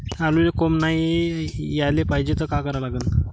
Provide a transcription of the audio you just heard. आलूले कोंब नाई याले पायजे त का करा लागन?